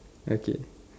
okay